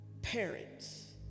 parents